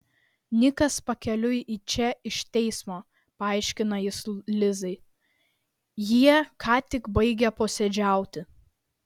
nikas pakeliui į čia iš teismo paaiškino jis lizai jie ką tik baigė posėdžiauti